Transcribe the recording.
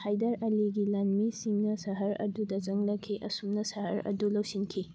ꯍꯥꯏꯗꯔ ꯑꯂꯤꯒꯤ ꯂꯥꯟꯃꯤꯁꯤꯡꯅ ꯁꯍꯔ ꯑꯗꯨꯗ ꯆꯪꯂꯛꯈꯤ ꯑꯁꯨꯝꯅ ꯁꯍꯔ ꯑꯗꯨ ꯂꯧꯁꯤꯟꯈꯤ